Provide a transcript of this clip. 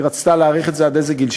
היא רצתה להאריך את זה עד איזה גיל?